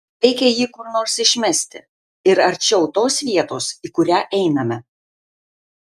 reikia jį kur nors išmesti ir arčiau tos vietos į kurią einame